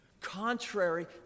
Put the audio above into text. contrary